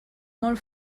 molt